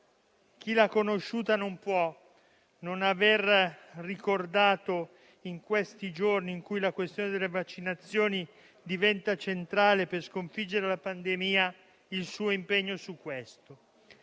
Chi l'ha conosciuta non può non aver ricordato in questi giorni, in cui la questione delle vaccinazioni diventa centrale per sconfiggere la pandemia, il suo impegno su questo.